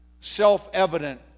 self-evident